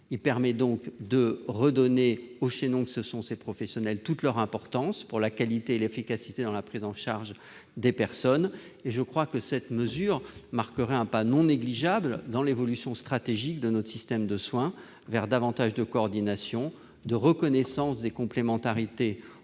Il permet de redonner au chaînon que sont ces professionnels toute leur importance pour la qualité et l'efficacité dans la prise en charge des personnes. Je crois que cette mesure marquerait un pas non négligeable dans l'évolution stratégique de notre système de soins vers davantage de coordination, de reconnaissance des complémentarités